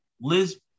Liz